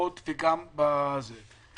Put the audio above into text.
בקופות החולים וגם בבתי החולים.